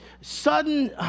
sudden